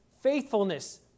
faithfulness